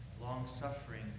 long-suffering